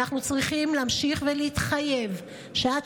ואנחנו צריכים להמשיך ולהתחייב שעד